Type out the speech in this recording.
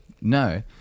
No